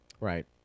Right